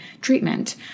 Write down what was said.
treatment